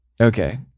okay